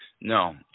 no